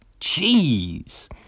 Jeez